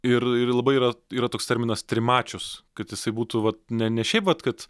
ir ir labai yra yra toks terminas trimačius kad jisai būtų vat ne ne šiaip vat kad